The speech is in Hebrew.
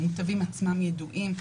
המותבים עצמם ידועים.